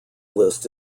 list